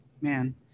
Man